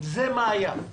זה מה שהיה.